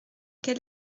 quel